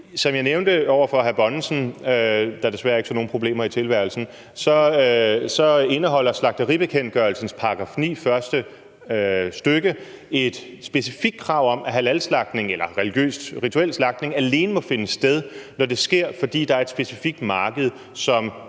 Som jeg nævnte over for hr. Erling Bonnesen, der desværre ikke så nogen problemer i tilværelsen, indeholder slagteribekendtgørelsens § 9, stk. 1, et specifikt krav om, at halalslagtning eller rituel slagtning alene må finde sted, når det sker, fordi der er et specifikt marked, som